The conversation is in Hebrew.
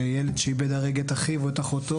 וילד שאיבד הרגע את אחיו או את אחותו